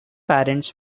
parents